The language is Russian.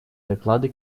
доклады